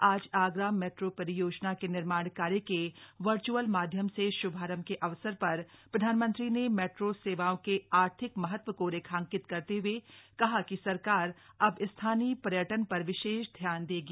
आज आगरा मेट्रो परियोजना के निर्माण कार्य का वर्च्अल माध्यम से श्भारंभ के अवसर पर प्रधानमंत्री ने मेट्रो सेवाओं के आर्थिक महत्व को रेखांकित करते हुए कहा कि सरकार अब स्थानीय पर्यटन पर विशेष ध्यान देगी